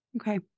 Okay